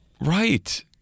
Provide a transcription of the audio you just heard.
Right